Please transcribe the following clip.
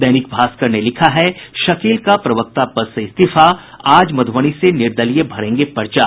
दैनिक भास्कर ने लिखा है शकील का प्रवक्ता पद से इस्तीफा आज मधूबनी से निर्दलीय भरेंगे पर्चा